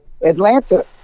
Atlanta